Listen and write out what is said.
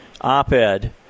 op-ed